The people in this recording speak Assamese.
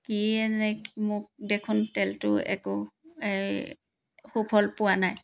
কিয়েই নে মোক দেখোন তেলটো একো এই সুফল পোৱা নাই